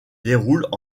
déroulent